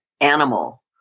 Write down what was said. animal